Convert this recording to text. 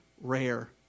rare